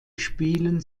spielen